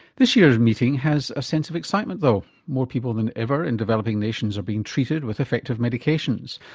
this year's meeting has a sense of excitement though. more people than ever in developing nations are being treated with effective medications.